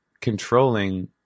controlling